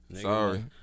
Sorry